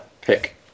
pick